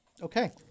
Okay